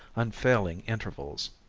unfailing intervals.